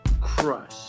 crush